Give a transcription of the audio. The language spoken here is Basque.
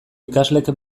ikaslek